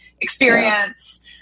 experience